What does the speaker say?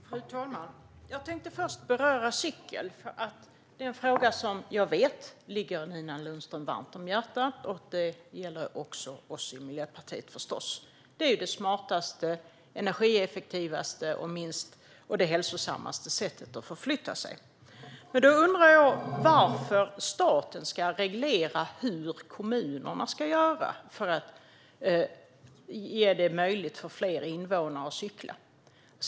Fru talman! Jag tänkte först beröra cyklingen. Det är en fråga som jag vet ligger Nina Lundström varmt om hjärtat, och det gäller förstås också oss i Miljöpartiet. Det är det smartaste, energieffektivaste och hälsosammaste sättet att förflytta sig. Jag undrar varför staten ska reglera hur kommunerna ska göra för att göra det möjligt för fler invånare att cykla.